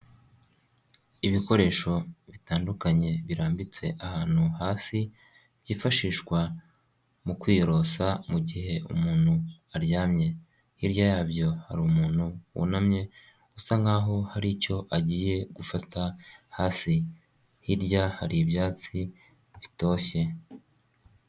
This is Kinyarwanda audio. Ibikoresho bitandukanye birambitse ahantu hasi, byifashishwa mu kwiyorosa mugihe umuntu aryamye, hirya yabyo hari umuntu wunamye, usa nk'aho hari icyo agiye gufata hasi, hirya hari ibyatsi bitoshye.